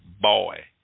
boy